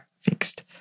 fixed